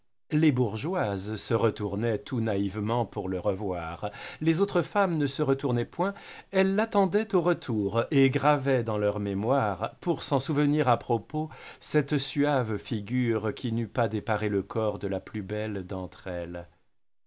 les bourgeoises se retournaient tout naïvement pour le revoir les femmes ne se retournaient point elles l'attendaient au retour et gravaient dans leur mémoire pour s'en souvenir à propos cette suave figure qui n'eût pas déparé le corps de la plus belle d'entre elles